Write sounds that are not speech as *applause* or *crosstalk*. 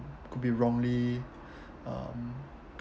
could be wrongly *breath* um